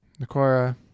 Nakora